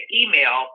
email